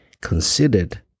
considered